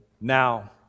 now